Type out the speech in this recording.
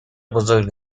بزرگ